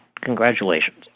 Congratulations